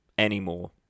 anymore